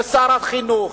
לשר החינוך.